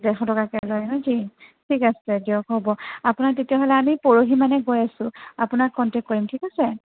ডেৰশ টকাকে লয় ন' ঠিক আছে দিয়ক হ'ব আপোনাৰ তেতিয়াহ'লে আমি পৰহি মানে গৈ আছোঁ আপোনাক কণ্টেক্ট কৰিম ঠিক আছে